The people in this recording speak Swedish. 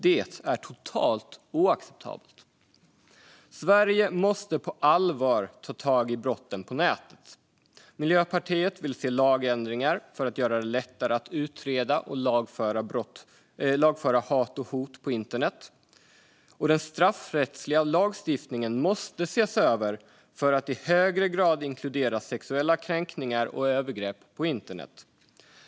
Detta är totalt oacceptabelt. Sverige måste på allvar ta tag i brotten på nätet. Miljöpartiet vill se lagändringar för att göra det lättare att utreda och lagföra hat och hot på internet, och den straffrättsliga lagstiftningen måste ses över för att i högre grad inkludera sexuella kränkningar och övergrepp på internet.